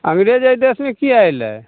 अंग्रेज एहि देशमे किएक अयलइ